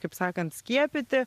kaip sakant skiepyti